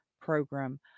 Program